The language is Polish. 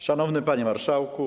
Szanowny Panie Marszałku!